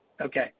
okay